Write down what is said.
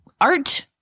art